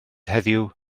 heddiw